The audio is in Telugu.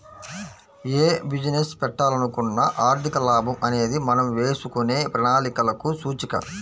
యే బిజినెస్ పెట్టాలనుకున్నా ఆర్థిక లాభం అనేది మనం వేసుకునే ప్రణాళికలకు సూచిక